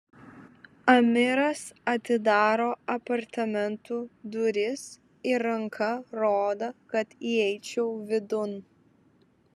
amiras atidaro apartamentų duris ir ranka rodo kad įeičiau vidun